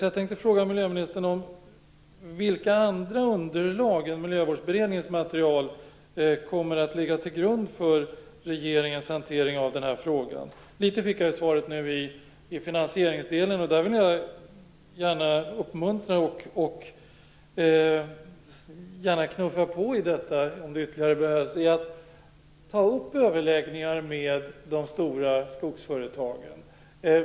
Jag tänkte fråga miljöministern vilka andra underlag än Miljövårdsberedningens material som kommer att ligga till grund för regeringens hantering av den här frågan. Jag fick svar nu i finanseringsdelen. Där vill jag gärna uppmuntra och knuffa på ytterligare, om det behövs, när det gäller att ta upp överläggningar med de stora skogsföretagen.